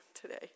today